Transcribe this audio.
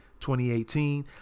2018